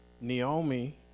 Naomi